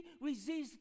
resist